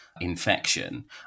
infection